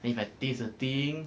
then if I taste the thing